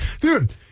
dude